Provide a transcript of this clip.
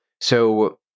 So-